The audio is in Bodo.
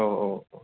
आव आव